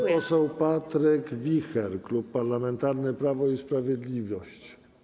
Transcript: Pan poseł Patryk Wicher, Klub Parlamentarny Prawo i Sprawiedliwość.